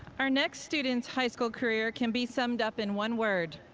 our next student's high school career can be summed up in one word,